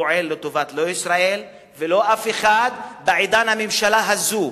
הזמן לא פועל לא לטובת ישראל ולא לטובת אף אחד בעידן הממשלה הזו.